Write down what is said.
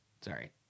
Sorry